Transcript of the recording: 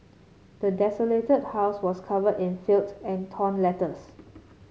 the desolated house was covered in filth and torn letters